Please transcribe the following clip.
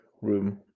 room